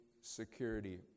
security